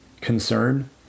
concern